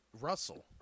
Russell